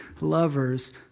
lovers